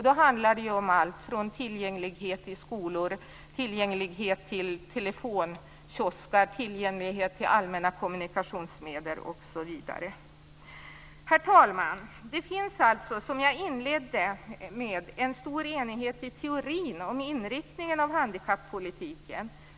Då handlar det om allt från tillgänglighet i skolor, tillgänglighet till telefonkiosker, tillgänglighet till allmänna kommunikationsmedel osv. Herr talman! Det finns alltså, som jag sade inledningsvis, en stor enighet i teorin om inriktningen av handikappolitiken.